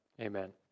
Amen